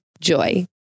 Joy